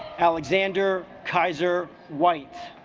alexander kaiser white